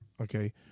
Okay